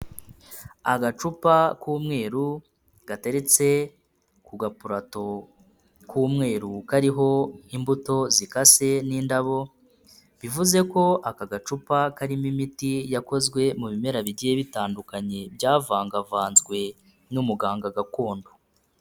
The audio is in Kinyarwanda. Agacupa k'umweru gateretse ku gapurato k'umweru kariho imbuto zikase n'indabo, bivuze ko aka gacupa karimo imiti yakozwe mu bimera bigiye bitandukanye byavangavanzwe n'umuganga gakondo.